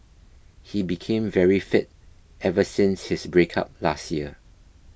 he became very fit ever since his breakup last year